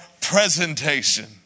presentation